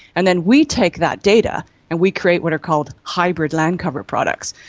and then we take that data and we create what are called hybrid land cover products.